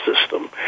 System